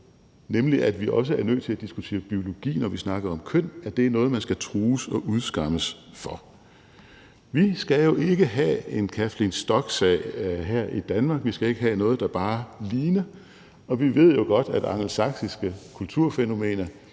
nemlig at vi også nødt til at diskutere biologi, når vi snakker om køn, er noget, man skal trues og udskammes for. Vi skal jo ikke have en Kathleen Stock-sag her i Danmark. Vi skal ikke have noget, der bare ligner, og vi ved jo godt, at angelsaksiske kulturfænomener